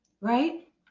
Right